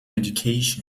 education